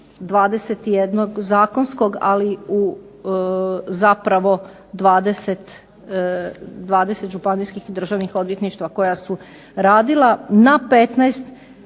21 zakonskog, ali zapravo 20 županijskih državnih odvjetništva koja su radila na 15.